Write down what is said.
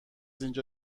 اینجا